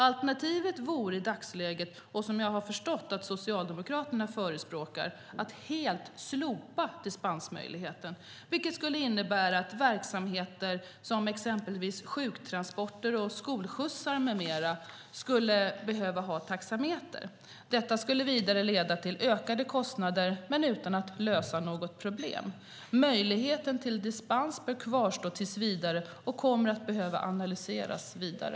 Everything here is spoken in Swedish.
Alternativet vore i dagsläget att, som jag har förstått att Socialdemokraterna förespråkar, helt slopa dispensmöjligheten, vilket skulle innebära att verksamheter som exempelvis sjuktransporter, skolskjutsar med mera skulle behöva ha taxameter. Detta skulle vidare leda till ökade kostnader men utan att lösa något problem. Möjligheten till dispens bör kvarstå tills vidare och kommer att behöva analyseras vidare.